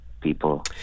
people